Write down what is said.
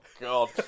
God